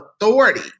authority